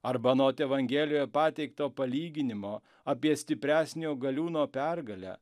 arba anot evangelijoje pateikto palyginimo apie stipresnio galiūno pergalę